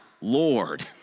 Lord